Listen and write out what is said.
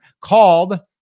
called